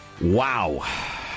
Wow